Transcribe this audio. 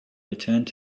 returned